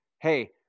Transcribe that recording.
hey